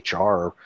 HR